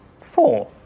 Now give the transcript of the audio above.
Four